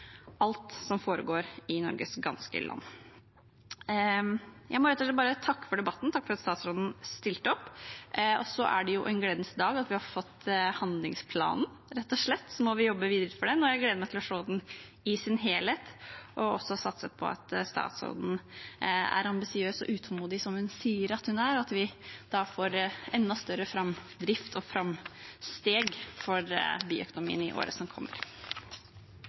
takke for at statsråden stilte opp. Dette er en gledens dag ved at vi rett og slett har fått handlingsplanen. Vi må jobbe videre med den. Jeg gleder meg til å se den i sin helhet og satser også på at statsråden er ambisiøs og utålmodig – som hun sier at hun er – og at vi da får enda større framdrift og framsteg for bioøkonomien i årene som kommer.